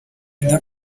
dada